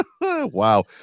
wow